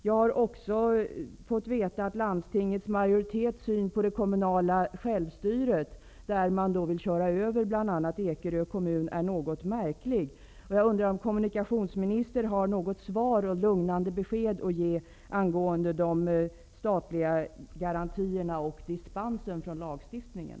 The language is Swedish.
Jag har också fått veta hur landstingets majoritets ser på det kommunala självstyret. Man vill köra över bl.a. Ekerö kommun, vilket är något märkligt. Jag undrar om kommunikationsministern har något lugnande besked att ge angående de statliga garantierna och dispensen från lagstiftningen.